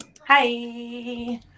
hi